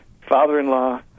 father-in-law